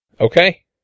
Okay